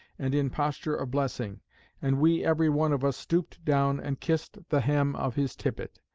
and in posture of blessing and we every one of us stooped down, and kissed the hem of his tippet.